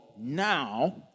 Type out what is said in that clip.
now